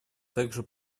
также